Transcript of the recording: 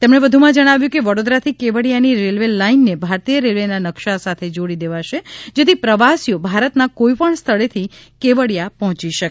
તેમણે વધુમાં જણાવ્યું છે કે વડોદરાથી કેવડીયાની રેલ્વે લાઇનને ભારતીય રેલ્વેના નકશા સાથે જોડી દેવાશે જેથી પ્રવાસીઓ ભારતના કોઇપણ સ્થળેથી કેવડીયા પહોંચી શકે